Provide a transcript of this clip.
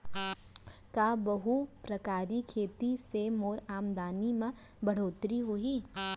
का बहुप्रकारिय खेती से मोर आमदनी म बढ़होत्तरी होही?